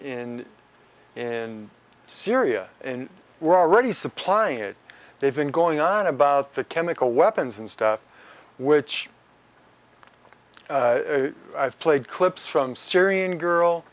in in syria and we're already supplying it they've been going on about the chemical weapons and stuff which i've played clips from syrian girl